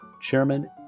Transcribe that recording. Chairman